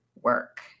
work